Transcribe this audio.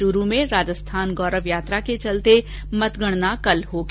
चूरू में राजस्थान गौरव यात्रा के चलते कल मतगणना होगी